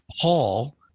Paul